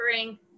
offering